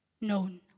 known